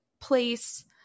place